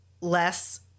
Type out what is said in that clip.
less